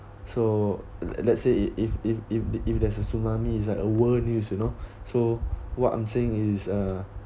so let let say if if if the if there's a tsunami is at a world news you know so what I'm saying is uh